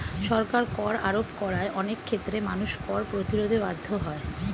সরকার কর আরোপ করায় অনেক ক্ষেত্রে মানুষ কর প্রতিরোধে বাধ্য হয়